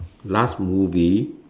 last movie